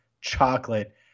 chocolate